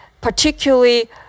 particularly